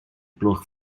gloch